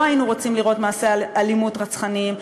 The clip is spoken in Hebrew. היינו רוצים לראות מעשי אלימות רצחניים,